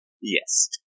Yes